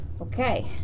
Okay